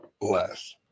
less